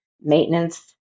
maintenance